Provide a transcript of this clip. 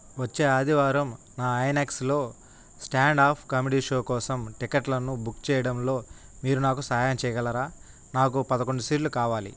వచ్చే ఆదివారం నా ఐనెక్స్లో స్టాండ్అప్ కామెడీ షో కోసం టికట్లను బుక్ చెయ్యడంలో మీరు నాకు సహాయం చెయ్యగలరా నాకు పదకొండు సీట్లు కావాలి